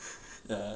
ya